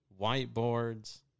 whiteboards